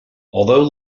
although